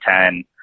Ten